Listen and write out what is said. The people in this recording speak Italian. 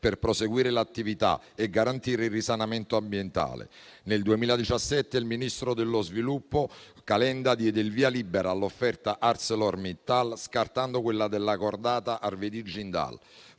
per proseguire l'attività e garantire il risanamento ambientale. Nel 2017 il ministro dello sviluppo Calenda diede il via libera all'offerta ArcelorMittal, scartando quella della cordata Arvedi-Jindal.